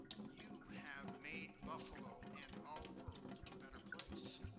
you have made buffalo and our world a better place.